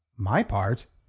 my part?